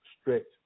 strict